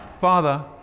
father